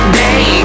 day